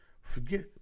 Forget